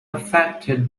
affected